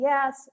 Yes